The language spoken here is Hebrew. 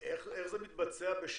איך זה מתבצע,